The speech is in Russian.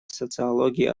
социологии